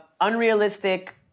unrealistic